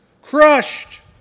Crushed